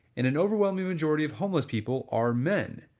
and an overwhelming majority of homeless people are men.